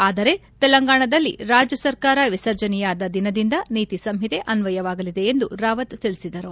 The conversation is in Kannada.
ಆದರೆ ತೆಲಂಗಾಣದಲ್ಲಿ ರಾಜ್ಞ ಸರ್ಕಾರ ವಿಸರ್ಜನೆಯಾದ ದಿನದಿಂದ ನೀತಿ ಸಂಹಿತೆ ಅನ್ವಯವಾಗಲಿದೆ ಎಂದು ರಾವತ್ ತಿಳಿಸಿದರು